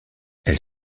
elle